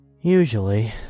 Usually